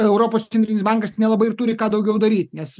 europos centrinis bankas nelabai ir turi ką daugiau daryt nes